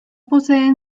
poseen